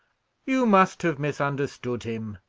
you must have misunderstood him,